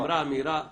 נאמרה אמירה ברורה,